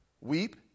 weep